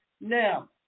Now